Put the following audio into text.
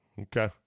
Okay